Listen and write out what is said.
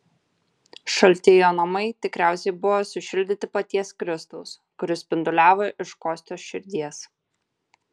šalti jo namai tikriausiai buvo sušildyti paties kristaus kuris spinduliavo iš kostios širdies